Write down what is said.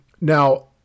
Now